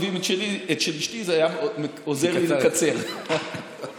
של אשתי זה היה עוזר לי לקצר, זה הפוך.